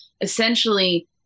essentially